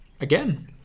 Again